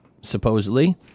supposedly